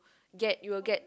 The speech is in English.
get you will get